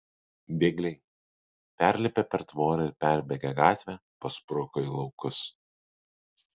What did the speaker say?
bėgliai perlipę per tvorą ir perbėgę gatvę paspruko į laukus